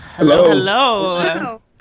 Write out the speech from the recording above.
Hello